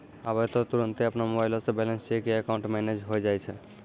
आबै त तुरन्ते अपनो मोबाइलो से बैलेंस चेक या अकाउंट मैनेज होय जाय छै